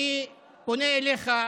אני פונה אליך.